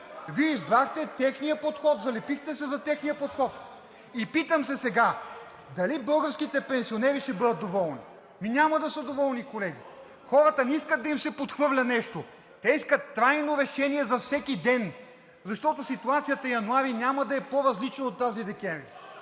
Вие избрахте техния подход, залепихте се за техния подход. Питам се сега дали българските пенсионери ще бъдат доволни? Ми няма да са доволни, колеги. Хората не искат да им се подхвърля нещо. Те искат трайно решение за всеки ден, защото ситуацията месец януари няма да е по-различна от този месец